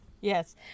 yes